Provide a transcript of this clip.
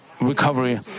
recovery